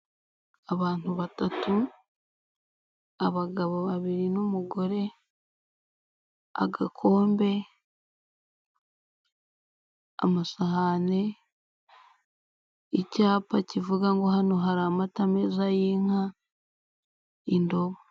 Abantu batatu, abagabo babiri n'umugore, agakombe, amasahani, icyapa kivuga ngo hano hari amata meza y'inka, indobo.